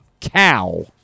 Cow